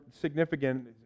significant